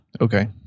okay